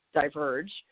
diverge